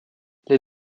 les